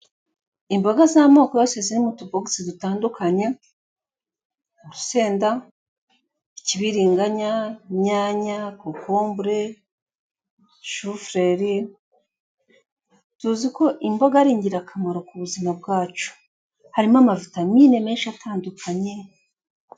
Imboga z'amoko yose ziri mutubogisi dutandukanye; urusenda, ikibiringanya, inyanya, kokombule, shifureri. Tuzi ko imboga ari ingirakamaro ku buzima bwacu, harimo amavitamine menshi atandukanye.